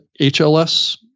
HLS